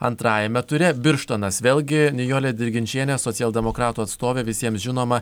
antrajame ture birštonas vėlgi nijolė dirginčienė socialdemokratų atstovė visiems žinoma